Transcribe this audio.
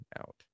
out